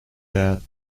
that